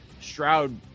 Stroud